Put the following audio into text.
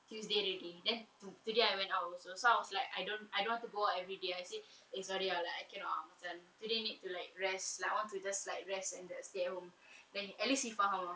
tuesday already then to today I went I also so I was like I don't I don't want to go out everyday I say eh sorry ah like I cannot ah macam today need to like rest like I want to just like rest and that stay at home then he at least he faham ah